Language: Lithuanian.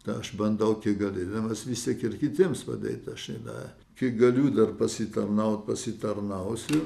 aš bandau kiek galėdamas vis tiek ir kitiems padėti aš da kiek galiu dar pasitarnaut pasitarnausiu